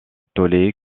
tollé